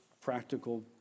practical